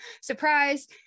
Surprise